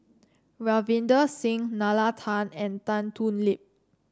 Ravinder Singh Nalla Tan and Tan Thoon Lip